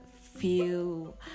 feel